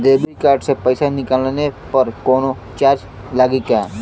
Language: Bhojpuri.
देबिट कार्ड से पैसा निकलले पर कौनो चार्ज लागि का?